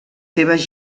seves